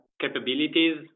capabilities